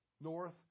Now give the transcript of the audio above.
north